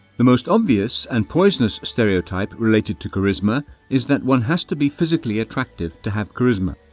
the most obvious and poisonous stereotype related to charisma is that one has to be physically attractive to have charisma.